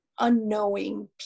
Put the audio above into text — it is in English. unknowing